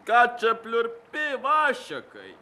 ką čia pliurpi vašekai